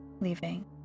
leaving